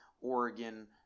Oregon